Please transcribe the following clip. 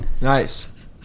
Nice